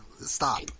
stop